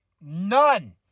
None